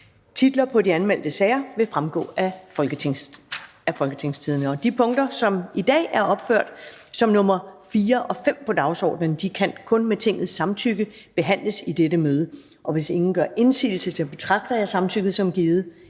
til behandling Første næstformand (Karen Ellemann): De punkter, som i dag er opført som nr. 4 og 5 på dagsordenen, kan kun med Tingets samtykke behandles i dette møde. Hvis ingen gør indsigelse, betragter jeg samtykket som givet.